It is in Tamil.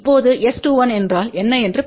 இப்போது S21 என்றால் என்ன என்று பார்ப்போம்